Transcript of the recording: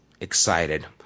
excited